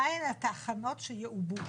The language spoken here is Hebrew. מה הן התחנות שיעובו,